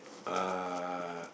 uh